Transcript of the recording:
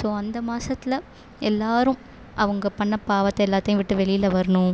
so அந்த மாசத்தில் எல்லோரும் அவங்க பண்ண பாவத்தை எல்லாத்தையும் விட்டு வெளியில் வரணும்